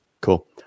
Cool